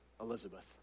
Elizabeth